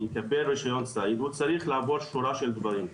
יקבל רישיון ציד הוא צריך לעבור שורה של דברים.